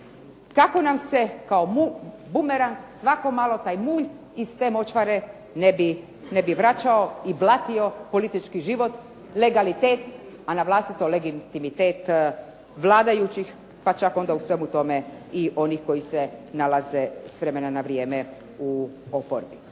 kako nam se kao bumerang svako malo taj mulj iz te močvare ne bi vraćao i blatio politički život, legalitet, a na vlastito legitimitet vladajućih pa čak onda u svemu tome onih koji se nalaze s vremena na vrijeme u oporbi.